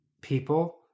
people